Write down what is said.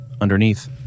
Underneath